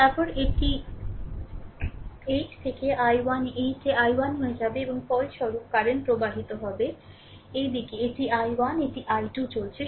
তারপরে এটি 8 থেকে I1 8 এ I1 হয়ে যাবে এবং ফলস্বরূপ কারেন্ট প্রবাহিত হবে এই দিকে এটি I1 এটি I2 চলছে